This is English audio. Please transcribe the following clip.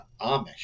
Amish